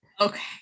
Okay